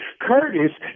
Curtis